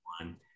one